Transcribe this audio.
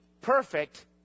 perfect